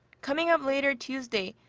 coming up later tuesday,